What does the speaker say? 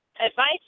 advice